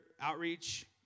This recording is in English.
outreach